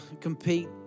compete